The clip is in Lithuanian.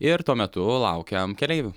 ir tuo metu laukiam keleivių